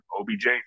OBJ